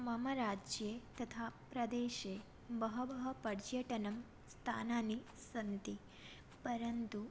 मम राज्ये तथा प्रदेशे बहवः पर्यटनस्थानानि सन्ति परन्तु